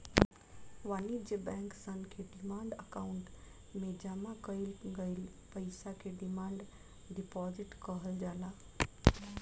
वाणिज्य बैंक सन के डिमांड अकाउंट में जामा कईल गईल पईसा के डिमांड डिपॉजिट कहल जाला